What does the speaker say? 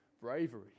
bravery